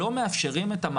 ולייצר את זה.